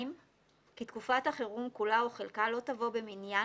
(2)כי תקופת החירום כולה או חלקה לא תבוא במניין